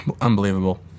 Unbelievable